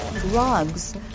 Drugs